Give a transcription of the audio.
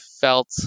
felt